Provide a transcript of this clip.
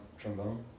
trombone